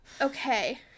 okay